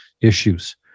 issues